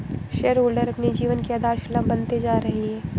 share holder हमारे जीवन की आधारशिला बनते जा रही है